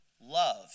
love